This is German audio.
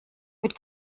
mit